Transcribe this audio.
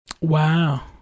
Wow